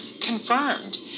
confirmed